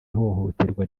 ihohoterwa